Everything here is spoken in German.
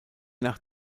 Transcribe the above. nach